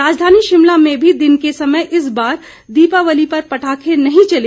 राजधानी शिमला में भी दिन के समय इस बार दीपावली पर पटाखे नही चले